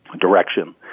direction